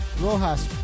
Rojas